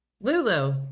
lulu